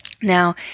Now